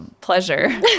pleasure